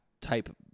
type